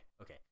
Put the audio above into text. okay